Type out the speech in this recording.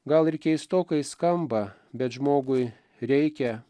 gal ir keistokai skamba bet žmogui reikia